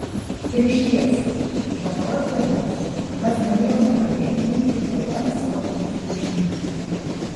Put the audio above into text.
ir išties nuo tos dienos mes galėjome ramiai zuiti pro ten stovinčius lūšnynus